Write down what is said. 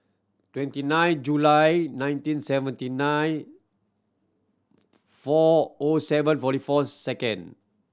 twenty nine July nineteen seventy nine four O seven forty four second